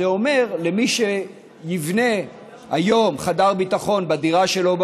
זה אומר שמי שיבנה היום חדר ביטחון בדירה שלו,